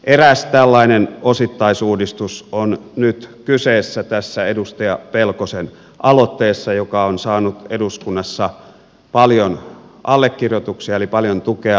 eräs tällainen osittaisuudistus on nyt kyseessä tässä edustaja pelkosen aloitteessa joka on saanut eduskunnassa paljon allekirjoituksia eli paljon tukea